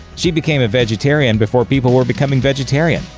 she became a vegetarian before people were becoming vegetarian.